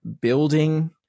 building